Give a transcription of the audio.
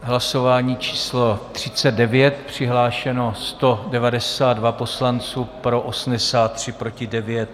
Hlasování číslo 39, přihlášeno 192 poslanců, pro 83, proti 9.